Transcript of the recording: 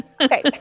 Okay